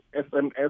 SMS